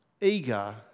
eager